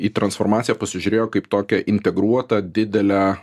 į transformaciją pasižiūrėjo kaip tokią integruotą didelę